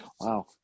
Wow